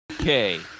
Okay